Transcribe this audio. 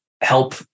help